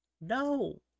No